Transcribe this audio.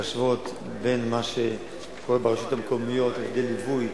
להשוות את מה שקורה ברשויות המקומיות לגבי ליווי